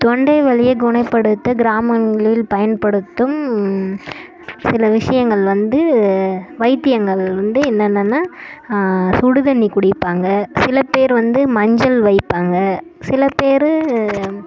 தொண்டை வலியை குணப்படுத்த கிராமங்களில் பயன்படுத்தும் சில விஷயங்கள் வந்து வைத்தியங்கள் வந்து என்னென்னன்னா சுடு தண்ணி குடிப்பாங்க சில பேர் வந்து மஞ்சள் வைப்பாங்க சிலப் பேர்